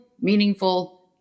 meaningful